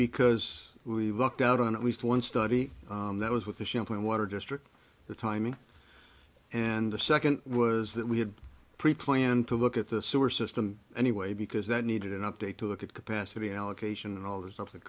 because we lucked out on at least one study that was with the champlain water district the timing and the second was that we had preplanned to look at the sewer system anyway because that needed an update to look at capacity allocation and all the stuff that